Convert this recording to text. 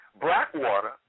Blackwater